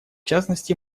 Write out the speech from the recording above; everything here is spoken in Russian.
частности